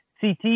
CT